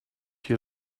you